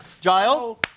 Giles